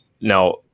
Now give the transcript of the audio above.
now